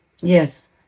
Yes